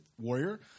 warrior